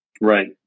Right